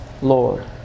Lord